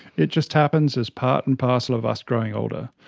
it just happens as part and parcel of us growing older.